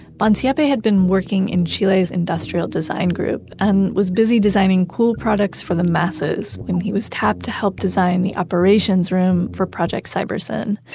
bonsiepe had been working in chile's industrial design group and was busy designing cool products for the masses. when he was tapped to help design the operations room for project cybersyn,